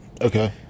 Okay